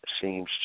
seems